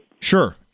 Sure